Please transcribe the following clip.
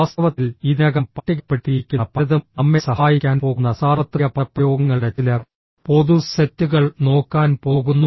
വാസ്തവത്തിൽ ഇതിനകം പട്ടികപ്പെടുത്തിയിരിക്കുന്ന പലതും നമ്മെ സഹായിക്കാൻ പോകുന്ന സാർവത്രിക പദപ്രയോഗങ്ങളുടെ ചില പൊതു സെറ്റുകൾ നോക്കാൻ പോകുന്നു